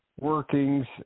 workings